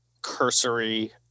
cursory